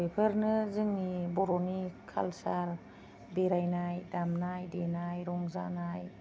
बेफोरनो जोंनि बर'नि कालचार बेरायनाय दामनाय देनाय रंजानाय